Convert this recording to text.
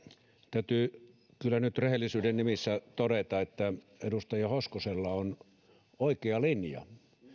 täytyy kyllä nyt rehellisyyden nimissä todeta että edustaja hoskosella on oikea linja